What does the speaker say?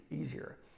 easier